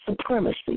supremacy